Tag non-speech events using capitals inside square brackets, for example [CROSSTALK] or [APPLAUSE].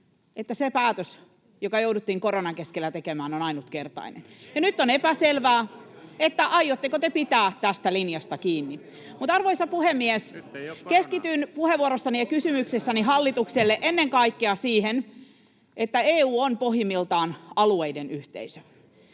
että se päätös, joka jouduttiin koronan keskellä tekemään, on ainutkertainen. [NOISE] Ja nyt on epäselvää, aiotteko te pitää tästä linjasta kiinni. Arvoisa puhemies! Keskityn puheenvuorossani ja kysymyksessäni hallitukselle ennen kaikkea siihen, että EU on pohjimmiltaan alueiden yhteisö.